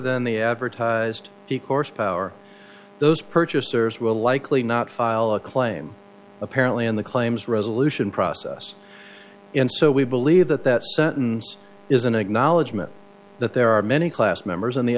than the advertised he course power those purchasers will likely not file a claim apparently in the claims resolution process and so we believe that that sentence is an acknowledgement that there are many class members on the